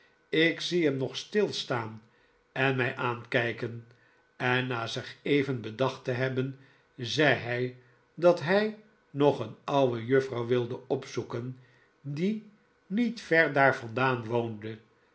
ik zie hem nog stilstaan en mij aankijken en na zich even bedacht te hebben zei hij dat hij nog een oude juffrouw wilde opzoeken die niet ver daar vandaan woonde